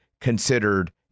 considered